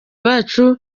bacu